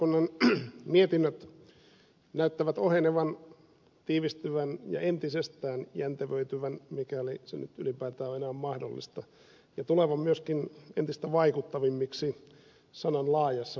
tarkastusvaliokunnan mietinnöt näyttävät ohenevan tiivistyvän ja entisestään jäntevöityvän mikäli se nyt ylipäätään on enää mahdollista ja tulevan myöskin entistä vaikuttavammiksi sanan laajassa merkityksessä